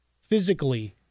physically